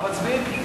מה מצביעים?